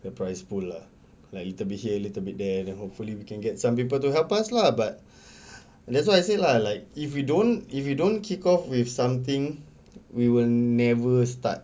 the prize pool lah like little bit here little bit there then hopefully we can get some people to help us lah but that's why I say lah like if you don't if you don't kick off with something we will never start